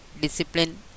discipline